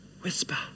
whisper